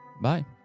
Bye